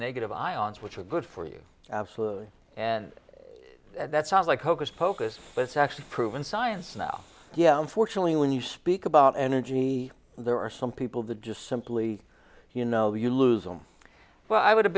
negative ions which are good for you absolutely and that sounds like hocus pocus but it's actually proven science now yeah unfortunately when you speak about energy there are some people that just simply you know you lose them well i would have